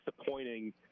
disappointing